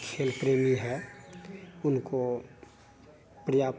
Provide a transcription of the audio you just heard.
खेल प्रेमी हैं उनको पर्याप्त